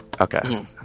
okay